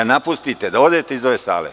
Da napustite, da odete iz ove sale.